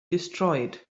destroyed